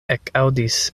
ekaŭdis